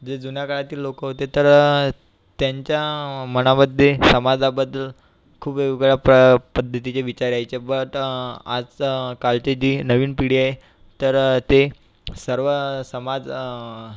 जे जुन्या काळातील लोक होते तर त्यांच्या मनामध्ये समाजाबद्दल खूप वेगवेगळ्या प पद्धतीचे विचार यायचे पण आता आजचा कालचे जे नवीन पिढी आहे तर ते सर्व समाज